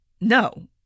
no